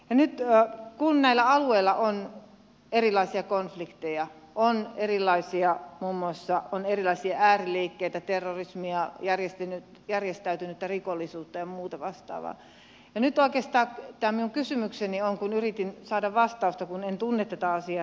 nyt kun näillä alueilla on erilaisia konflikteja on muun muassa erilaisia ääriliikkeitä terrorismia järjestäytynyttä rikollisuutta ja muuta vastaavaa niin oikeastaan tämä minun kysymykseni on kun yritin saada vastausta kun en tunne tätä asiaa riittävän hyvin